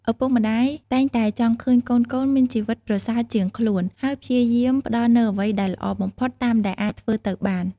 ឪពុកម្ដាយតែងតែចង់ឃើញកូនៗមានជីវិតប្រសើរជាងខ្លួន ហើយព្យាយាមផ្ដល់នូវអ្វីដែលល្អបំផុតតាមដែលអាចធ្វើទៅបាន។